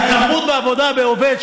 ההתעמרות בעבודה בעובד,